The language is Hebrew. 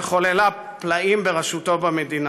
שחוללה פלאים במדינה.